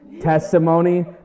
testimony